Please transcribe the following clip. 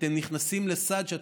אתם נכנסים לסד שאתם,